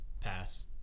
pass